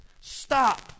Stop